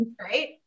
right